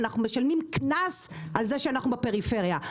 אנחנו משלמים קנס על זה שאנחנו גרים בפריפריה.